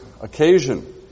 occasion